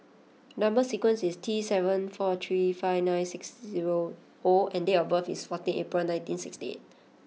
number sequence is T seven four three five nine six zero O and date of birth is fourteen April nineteen sixty eight